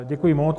Děkuji moc.